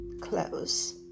close